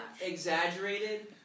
exaggerated